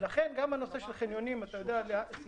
ולכן גם הנושא של חניונים סיוון,